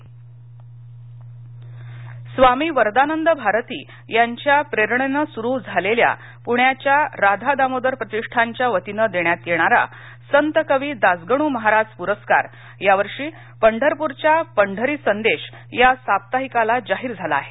पुरस्कार स्वामी वरदानंद भारती यांच्या प्रेरणेने सुरु झालेल्या पुण्याच्या राधा दामोदर प्रतिष्ठानच्या वतीने देण्यात येणारा संतकवी दासगणू महाराज पुरस्कार यावर्षी पंढरपूरच्या पंढरी संदेश या साप्ताहिकाला जाहीर झाला आहे